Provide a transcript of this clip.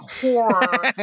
horror